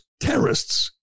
terrorists